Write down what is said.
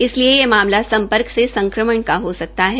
इसलिए यह मामला सम्पर्क से संक्रमण का हो सकता है